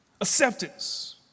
acceptance